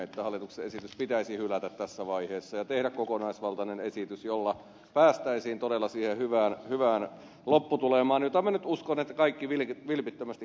että hallituksen esitys pitäisi hylätä tässä vaiheessa ja tehdä kokonaisvaltainen esitys jolla päästäisiin todella siihen hyvään lopputulemaan jota minä nyt uskon että kaikki vilpittömästi haluavat